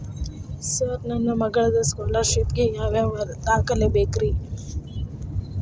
Sir ನನ್ನ ಮಗ್ಳದ scholarship ಗೇ ಯಾವ್ ಯಾವ ದಾಖಲೆ ಬೇಕ್ರಿ?